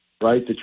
right